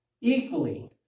Equally